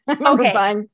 Okay